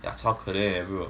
yeah 超可怜 leh bro